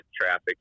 traffic